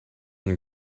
and